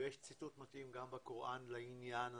ויש ציטוט מתאים גם בקוראן לעניין הזה.